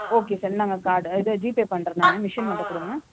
okay sir இந்தாங்க card இது GPay பண்ணுறேன் நான் மிஷின் மட்டும் கொடுங்க